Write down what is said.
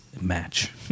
match